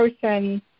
person